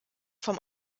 vom